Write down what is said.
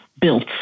built